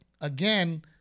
again